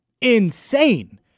Insane